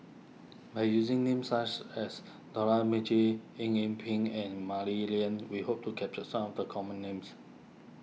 by using names such as Dollah Majid Eng Yee Peng and Mah Li Lian we hope to capture some of the common names